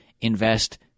invest